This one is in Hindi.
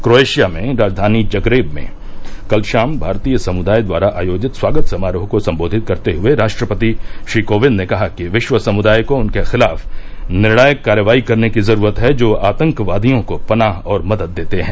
क्रोएशिया में राजधानी जगरेब में कल शाम भारतीय समुदाय द्वारा आयोजित स्वागत समारोह को संबोधित करते हुए राष्ट्रपति कोविंद ने कहा कि विश्व समुदाय को उनके खिलाफ निर्णायक कार्रवाई करने की जरूरत है जो आतंकवादियों को पनाह और मदद देते हैं